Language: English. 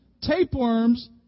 Tapeworms